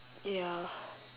ya